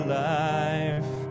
life